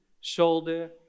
shoulder